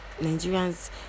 nigerians